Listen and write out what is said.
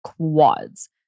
quads